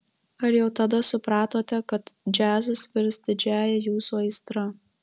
ar jau tada supratote kad džiazas virs didžiąja jūsų aistra